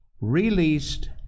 released